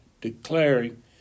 declaring